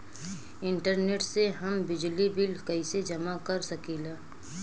Internet से हम बिजली बिल कइसे जमा कर सकी ला?